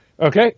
Okay